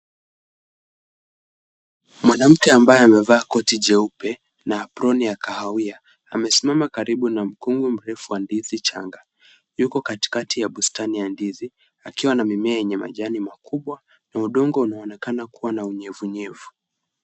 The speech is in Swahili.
Mwanamke ambaye amevaa koti jeupe na aproni ya kahawia. Amesimama karibu na mkungu mrefu wa ndizi changa. Yuko katikati ya bustani ya ndizi, akiwa na mimea yenye majani makubwa na udongo unaonekana kuwa na unyevu nyevu.